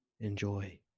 Enjoy